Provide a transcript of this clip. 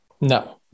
No